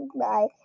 bye